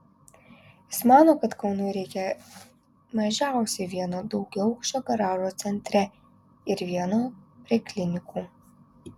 jis mano kad kaunui reikia mažiausiai vieno daugiaaukščio garažo centre ir vieno prie klinikų